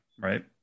right